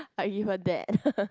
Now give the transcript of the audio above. I give her that